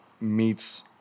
meets